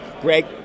greg